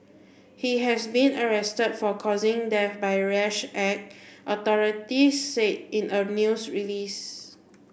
he has been arrest for causing death by rash act authorities said in a news release